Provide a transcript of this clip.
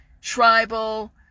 tribal